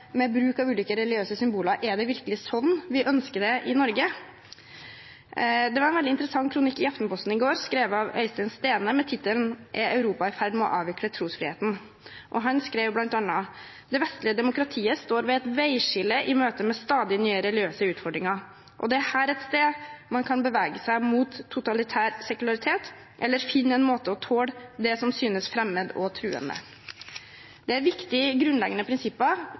ulike religiøse symboler – er det virkelig slik vi ønsker å ha det i Norge? Det var en veldig interessant kronikk i Aftenposten i går, skrevet av Øystein Stene, med tittelen «Er Europa i ferd med å avvikle trosfriheten?» Han skrev bl.a.: «Det vestlige demokratiet står ved et veiskille i møte med stadig nye religiøse utfordringer. Og det er her et sted den kan bevege seg mot totalitær sekularitet, eller finne en måte å tåle det som synes fremmed og truende.» Det er et viktig, grunnleggende